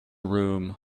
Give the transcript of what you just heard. room